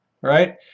right